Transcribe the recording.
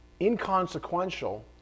Inconsequential